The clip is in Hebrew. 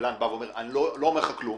הקבלן אומר: אני לא אומר לך כלום,